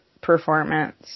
performance